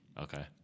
Okay